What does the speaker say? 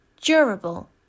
durable